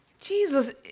Jesus